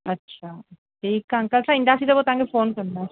अछा ठीकु आहे अंकल असां ईंदासीं त पोइ तव्हां खे फोन कंदासीं